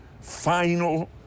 final